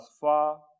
far